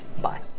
Bye